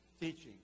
Teaching